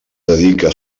dedica